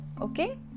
Okay